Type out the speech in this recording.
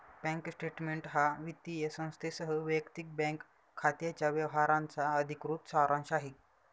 bank statement हा वित्तीय संस्थेसह वैयक्तिक बँक खात्याच्या व्यवहारांचा अधिकृत सारांश आहे